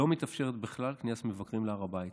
לא מתאפשרת בכלל כניסת מבקרים להר הבית.